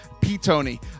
P-Tony